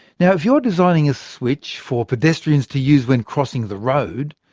now if you're designing a switch for pedestrians to use when crossing the road,